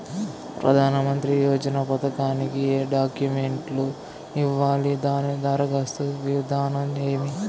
ప్రధానమంత్రి యోజన పథకానికి ఏ డాక్యుమెంట్లు ఇవ్వాలి దాని దరఖాస్తు విధానం ఏమి